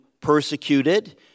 persecuted